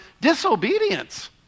disobedience